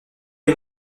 une